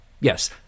Yes